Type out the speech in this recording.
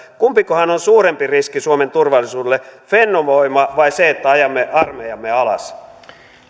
kumpikohan on suurempi riski suomen turvallisuudelle fennovoima vai se että ajamme armeijamme alas